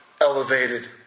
elevated